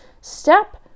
step